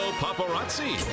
paparazzi